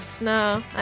No